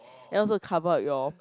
and also cover up your